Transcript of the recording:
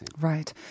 Right